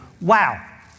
Wow